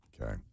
Okay